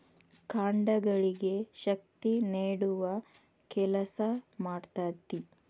ಕಾಂಡಗಳಿಗೆ ಶಕ್ತಿ ನೇಡುವ ಕೆಲಸಾ ಮಾಡ್ತತಿ